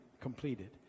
completed